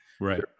right